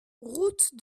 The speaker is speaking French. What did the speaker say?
route